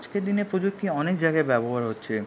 আজকের দিনে প্রযুক্তি অনেক জায়গায় ব্যবহার হচ্ছে